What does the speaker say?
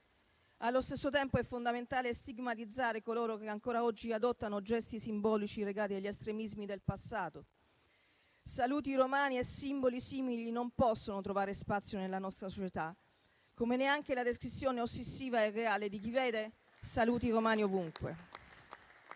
Allo stesso tempo, è fondamentale stigmatizzare coloro che ancora oggi adottano gesti simbolici legati agli estremismi del passato. Saluti romani e simboli simili non possono trovare spazio nella nostra società, come neanche la descrizione ossessiva e reale di chi vede saluti romani ovunque.